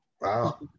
Wow